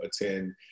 attend